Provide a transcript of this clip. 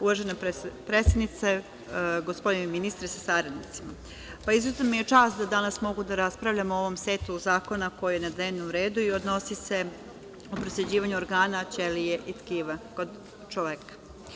Uvažena predsednice, gospodine ministre sa saradnicima, izuzetna mi je čast da danas mogu da raspravljam o ovom setu zakona koji je na dnevnom redu i odnosi se o presađivanju organa, ćelija i tkiva kod čoveka.